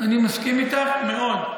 אני מסכים איתך מאוד.